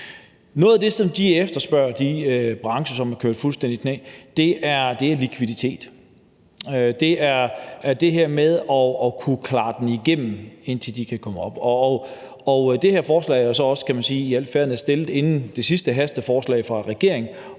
Noget af det, som de brancher, som er kørt fuldstændig i knæ, efterspørger, er likviditet. Det er det her med at kunne klare sig igennem, indtil de kan komme op. Det her forslag er så også – skal man sige i al fairness – fremsat inden det sidste hasteforslag fra regeringen